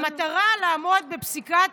במטרה לעמוד בפסיקת